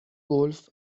گلف